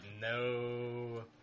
no